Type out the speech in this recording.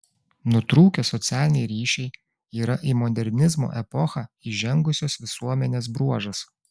nutrūkę socialiniai ryšiai yra į modernizmo epochą įžengusios visuomenės bruožas